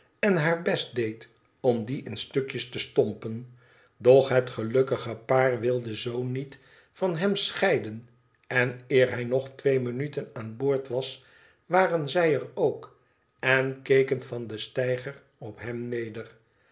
en haar best deed om die in stukjes te stompen doch het gelukkige paar wilde z niet van hem scheiden en eer hij nog twee minuten aan boord wa waren zij er ook en keken van den steiger op hem neder